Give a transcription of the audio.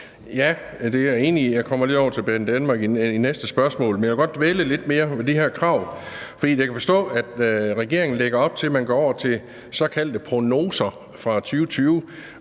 jeg kommer lidt over til Banedanmark i det næste spørgsmål. Men jeg vil godt dvæle lidt mere ved det her krav. For jeg kan forstå, at regeringen lægger op til, at man går over til såkaldte prognoser fra 2020,